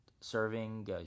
serving